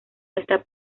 está